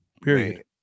Period